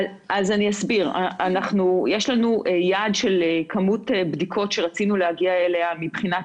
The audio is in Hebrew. יש לנו יעד שרצינו להגיע אליו מבחינת